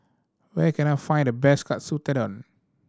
where can I find the best Katsu Tendon